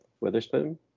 Witherspoon